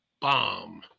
bomb